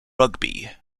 rugby